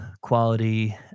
quality